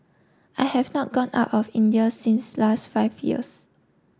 I have not gone out of India since last five years